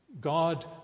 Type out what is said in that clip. God